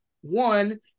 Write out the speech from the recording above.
one